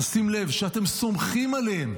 תשים לב, שאתם סומכים עליהם.